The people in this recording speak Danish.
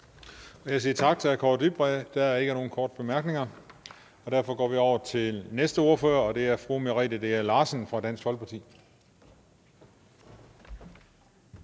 Jeg siger tak til hr. Kaare Dybvad. Der er ikke nogen korte bemærkninger. Derfor går vi over til den næste ordfører, og det er fru Merete Dea Larsen fra Dansk Folkeparti.